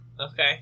Okay